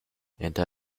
anti